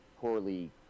poorly